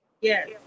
Yes